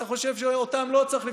אתה חושב שאותם לא צריך לפסול.